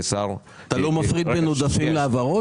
אתה לא מפריד בין עודפים להעברות?